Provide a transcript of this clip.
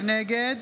נגד